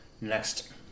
Next